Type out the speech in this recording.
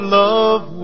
love